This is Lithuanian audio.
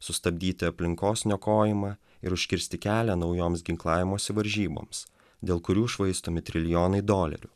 sustabdyti aplinkos niokojimą ir užkirsti kelią naujoms ginklavimosi varžyboms dėl kurių švaistomi trilijonai dolerių